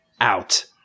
out